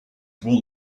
will